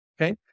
Okay